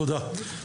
תודה.